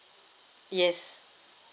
yes